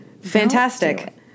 Fantastic